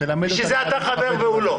לכן אתה חבר והוא לא.